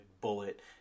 bullet